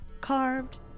carved